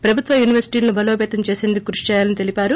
ప్రభుత్వ యూనివర్సిటీలనే బలోపతం చేసందుకు కృషి చేయాలని తెలిపారు